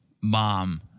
mom